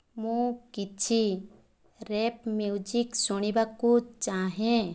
ମୁଁ କିଛି rap music ଶୁଣିବାକୁ ଚାହେଁ